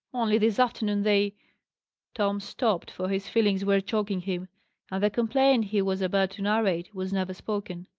only this afternoon they tom stopped, for his feelings were choking him and the complaint he was about to narrate was never spoken.